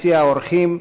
ביציע האורחים,